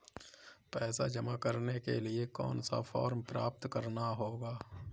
पैसा जमा करने के लिए कौन सा फॉर्म प्राप्त करना होगा?